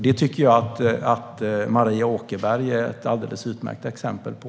Det är Maria Åkerberg ett alldeles utmärkt exempel på.